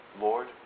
Lord